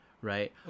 Right